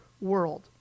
world